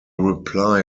reply